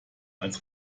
als